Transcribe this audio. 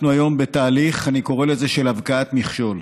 אנחנו היום בתהליך, אני קורא לזה "הבקעת מכשול"